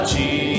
Jesus